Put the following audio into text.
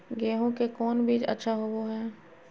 गेंहू के कौन बीज अच्छा होबो हाय?